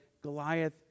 Goliath